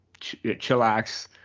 chillax